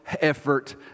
effort